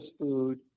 food